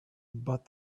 but